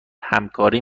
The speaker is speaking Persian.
همکاری